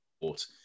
support